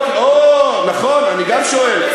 אוה, נכון, גם אני שואל.